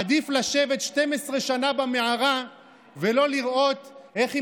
עדיף לשבת 12 שנה במערה ולא לראות איך היא